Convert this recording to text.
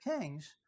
kings